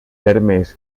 termes